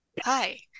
hi